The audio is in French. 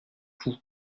vous